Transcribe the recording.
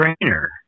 Trainer